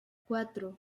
cuatro